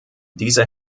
dieser